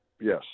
Yes